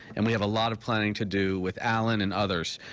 and we have a lot of planning to do with alan and others.